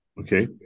Okay